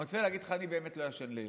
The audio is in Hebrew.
אני רוצה להגיד לך, אני באמת לא ישן לילות.